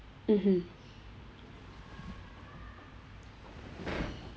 mmhmm